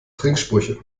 trinksprüche